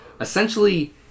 essentially